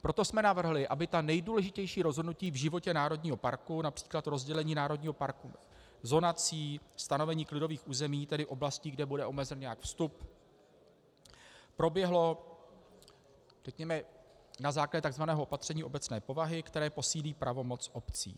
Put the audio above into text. Proto jsme navrhli, aby ta nejdůležitější rozhodnutí v životě národního parku například rozdělení národního parku zonací, stanovení klidových území, tedy oblastí, kde bude omezen nějak vstup proběhlo, řekněme, na základě tzv. opatření obecné povahy, které posílí pravomoc obcí.